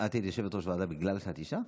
את היית יושבת-ראש ועדה בגלל שאת אישה?